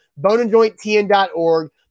boneandjointtn.org